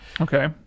Okay